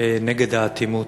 נגד האטימות.